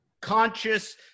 conscious